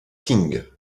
qing